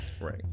right